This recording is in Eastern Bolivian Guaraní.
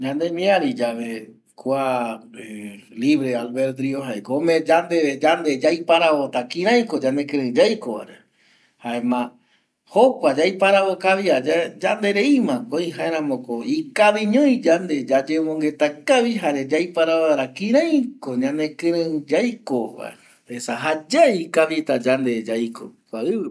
Ñanemiari yave kua libre albeldrio ye jae ko ome yandeve oiparavo kirai yande yandequirei yaiko vare jaema jokua yaiparavo kavia ye yanderei ma ko oi jaeramo ko ikavi ñoi yande ye yayemongueta kavi jare yaiparavo vaera kirei ko yande kierei yaiko kua ivï pe.